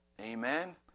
amen